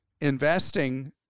investing